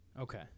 Okay